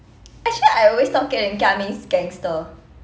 actually I always thought keling kia means gangster